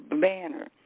banner